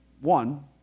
one